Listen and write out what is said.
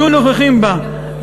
יהיו נוכחים בהם.